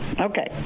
okay